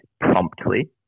promptly